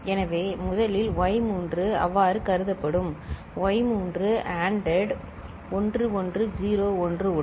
எனவே முதலில் y3 அவ்வாறு கருதப்படும் y 3 ANDed 1101 உடன்